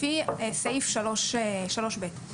לפי סעיף (3)(ב)